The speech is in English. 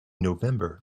november